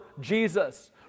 Jesus